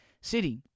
city